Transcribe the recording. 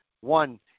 one